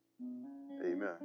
Amen